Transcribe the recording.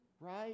Right